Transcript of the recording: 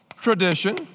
tradition